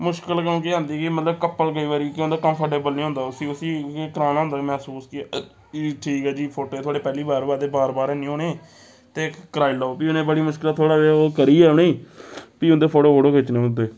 मुश्कल क्योंकि आंदी कि मतलब कपल केईं बारी केह् होंदा कमफर्टेबल निं होंदा उसी उसी इ'यां कराना होंदा मसूस कि ठीक ऐ जी फोटो थुआढ़े पैह्ली बार होआ दे ते बार बार हैनी होने ते कराई लैओ फ्ही उ'नें बड़ी मुश्कल थोह्ड़ा जेहा ओह् करियै उ'नेंगी फ्ही उं'दे फोटो फोटो खिच्चने पौंदे